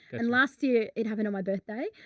and last year it happened on my birthday.